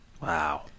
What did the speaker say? Wow